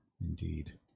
Indeed